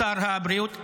לשר הבריאות.